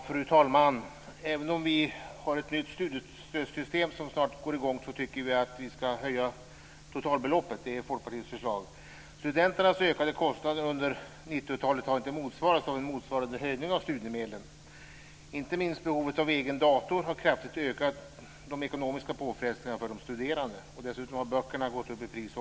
Fru talman! Även om vi har ett nytt studiestödssystem som snart går i gång så tycker vi att vi ska höja totalbeloppet. Det är Folkpartiets förslag. Studenternas ökade kostnader under 90-talet har inte motsvarats av en motsvarande höjning av studiemedlen. Inte minst behovet av egen dator har kraftigt ökat de ekonomiska påfrestningarna för de studerande. Dessutom har böckerna gått upp i pris.